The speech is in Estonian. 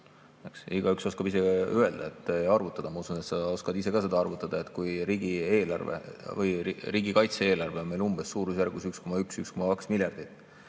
Igaüks oskab ise arvutada. Ma usun, et sa oskad ise ka seda arvutada, et kui riigikaitse eelarve on meil umbes suurusjärgus 1,1–1,2 miljardit,